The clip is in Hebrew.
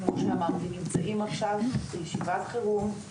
כמו שאמרתי, אנחנו נמצאים עכשיו בישיבת חירום.